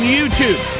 YouTube